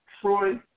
Troy